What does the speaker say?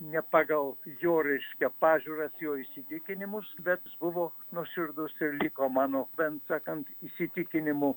ne pagal jo reiškia pažiūras jo įsitikinimus bet jis buvo nuoširdus ir liko mano bent sakant įsitikinimu